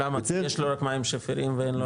למה, כי יש לו רק מים שפירים ואין לו?